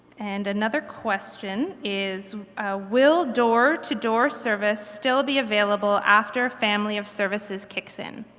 and another question, is will door-to-door service still be available after family of services kicks in.